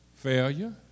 Failure